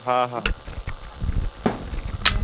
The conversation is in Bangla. হাঁ হাঁ